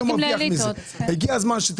אף אחד לא